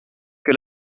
que